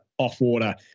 off-water